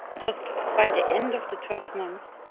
thus by the end of the twelve months,